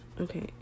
Okay